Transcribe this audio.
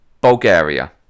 Bulgaria